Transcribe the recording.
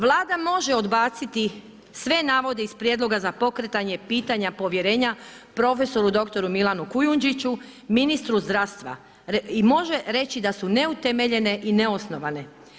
Vlada može odbaciti sve navode iz prijedloga za pokretanje pitanja povjerenja prof. dr. Milanu Kujundžiću, ministru zdravstva i može reći da su neutemeljene i neosnovane.